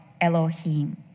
Elohim